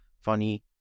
funny